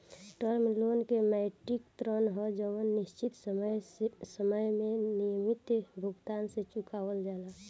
term loan के मौद्रिक ऋण ह जवन निश्चित समय में नियमित भुगतान से चुकावल जाला